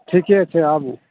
ठिके छै आबू